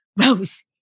Rose